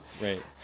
Right